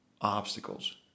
obstacles